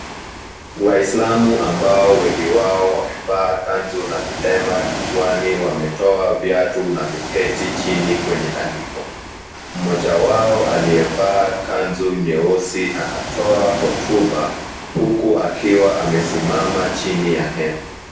Waislamu ambao wengi wao wamevaa kanzu na vilemba kichwani wametoa viatu na kuketi chini kwenye tandiko. Mmoja wao aliyevaa kanzu nyeusi anatoa hotuba, huku akiwa amesimama chini ya hema.